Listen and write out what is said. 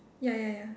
ya ya ya